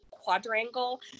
quadrangle